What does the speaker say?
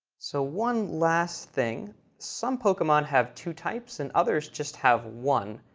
so one last thing some pokemon have two types and others just have one.